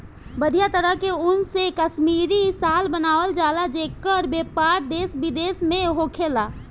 बढ़िया तरह के ऊन से कश्मीरी शाल बनावल जला जेकर व्यापार देश विदेश में होखेला